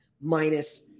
minus